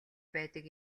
байдаг